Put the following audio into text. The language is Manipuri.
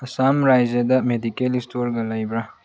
ꯑꯁꯥꯝ ꯔꯥꯖ꯭ꯌꯥꯗ ꯃꯦꯗꯤꯀꯦꯜ ꯁ꯭ꯇꯣꯔꯒ ꯂꯩꯕ꯭ꯔ